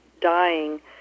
dying